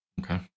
okay